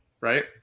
right